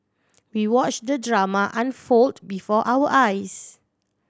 we watch the drama unfold before our eyes